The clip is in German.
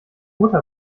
mutter